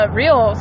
real